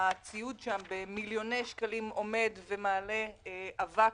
הציוד שם, במיליוני שקלים, עומד ומעלה אבק.